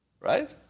right